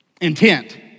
intent